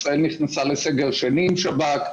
הרי ישראל נכנסה לסגר שני למרות הכלים של השב"כ,